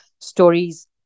stories